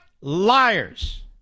liars